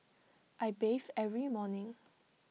I bathe every morning